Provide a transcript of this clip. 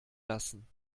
lassen